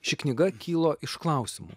ši knyga kilo iš klausimų